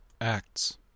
Acts